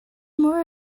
more